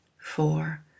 four